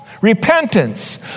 Repentance